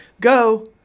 go